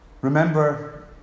Remember